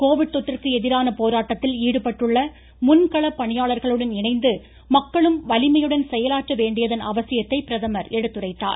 Covid தொற்றுக்கு எதிரான போராட்டத்தில் ஈடுபட்டுள்ள ழன் கள பணியாளர்களுடன் இணைந்து மக்களும் வலிமையுடன் செயலாற்ற வேண்டியதன் அவசியத்தை அவர் எடுத்துரைத்தார்